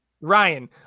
ryan